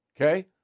okay